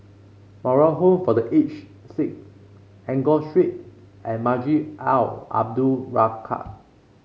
Moral Home for The Aged Sick Enggor Street and Masjid Al Abdul Razak